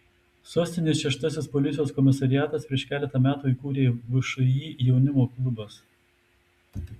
sostinės šeštasis policijos komisariatas prieš keletą metų įkūrė všį jaunimo klubas